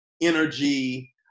energy